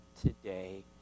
today